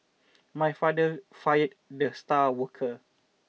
my father fired the star worker